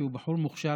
כי הוא בחור מוכשר,